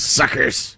suckers